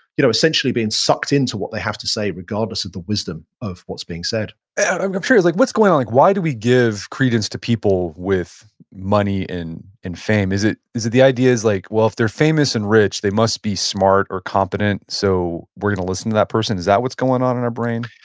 you know essentially being sucked into what they have to say regardless of the wisdom of what's being said i'm sure it was like what's going on? like why do we give credence to people with money and fame? is it is it the idea is like well if they're famous and rich they must be smart or competent so we're going to listen to that person? is that what's going on in our brain?